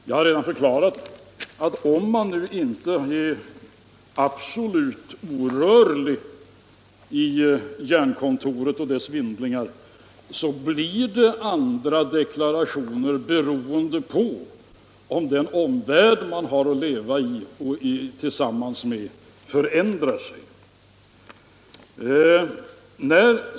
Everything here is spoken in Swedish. Jag har redan förklarat att om man inte är absolut orörlig i hjärnkontoret och dess vindlingar så blir deklarationerna olika beroende på att den omvärld man har att leva i förändrar sig.